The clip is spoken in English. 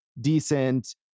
decent